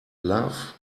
love